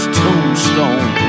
tombstone